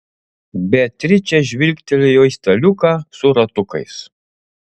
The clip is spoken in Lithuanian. beatričė žvilgtelėjo į staliuką su ratukais